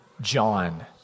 John